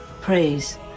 praise